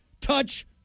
touch